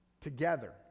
together